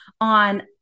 on